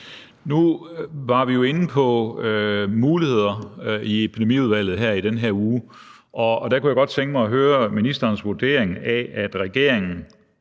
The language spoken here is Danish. Nu var vi jo inde på muligheder i Epidemiudvalget her i den her uge, og derfor kunne jeg godt tænke mig at høre ministerens vurdering af, at regeringen